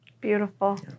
Beautiful